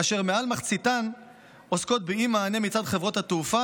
כאשר מעל מחציתן עוסקות באי-מענה מצד חברות התעופה